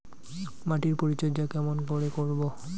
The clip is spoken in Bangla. মাটির পরিচর্যা কেমন করে করব?